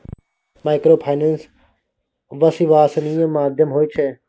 Microfinance विश्वासनीय माध्यम होय छै?